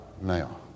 now